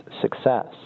success